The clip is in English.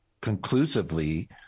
conclusively